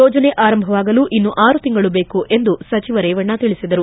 ಯೋಜನೆ ಆರಂಭವಾಗಲು ಇನ್ನು ಆರು ತಿಂಗಳು ಬೇಕು ಎಂದು ಸಚಿವ ರೇವಣ್ಣ ತಿಳಿಸಿದರು